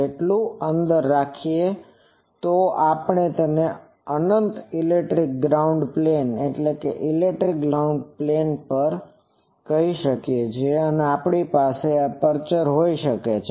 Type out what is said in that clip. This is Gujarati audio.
જેટલું અંદર રાખીએ તો આપણે તેને અનંત ઇલેક્ટ્રિક ગ્રાઉન્ડ પ્લેન કહી શકીએ છીએ અને આપણી પાસે એપ્રેચર હોઈ શકે છે